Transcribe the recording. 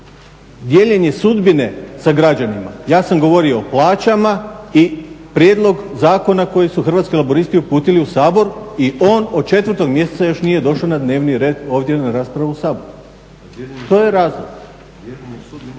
dijeljenje sudbine sa građanima, ja sam govorio o plaćama i prijedlog zakona koji su Hrvatski laburisti uputili u Sabor i on od 4. mjeseca još nije došao na dnevni red ovdje na raspravu u Sabor. To je razlog.